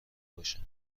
باشند